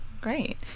Great